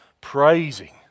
praising